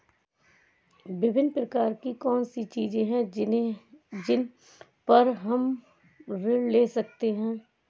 विभिन्न प्रकार की कौन सी चीजें हैं जिन पर हम ऋण ले सकते हैं?